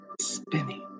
spinning